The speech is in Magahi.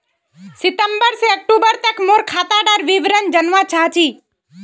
सितंबर से अक्टूबर तक मोर खाता डार विवरण जानवा चाहची?